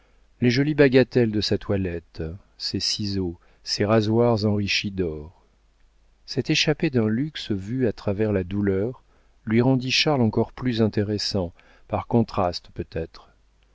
les jolies bagatelles de sa toilette ses ciseaux ses rasoirs enrichis d'or cette échappée d'un luxe vu à travers la douleur lui rendit charles encore plus intéressant par contraste peut-être